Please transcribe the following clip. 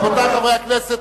רבותי חברי הכנסת,